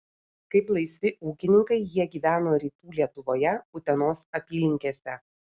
kaip laisvi ūkininkai jie gyveno rytų lietuvoje utenos apylinkėse